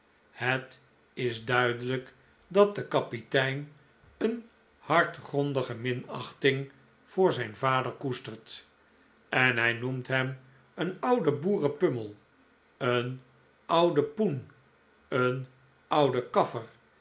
het is duidelijk dat de kapitein een hartgrondige minachting voor zijn vader koestert en hij noemt hem een ouden boerenpummel een ouden poen een ouden kaffer